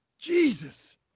Jesus